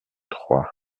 trois